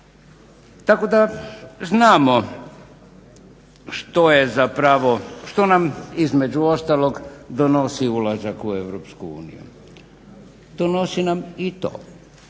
što je zapravo, što nam između ostalog donosi ulazak u EU. Donosi nam i to